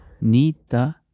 nita